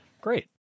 Great